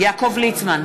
יעקב ליצמן,